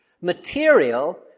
material